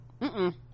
mm-mm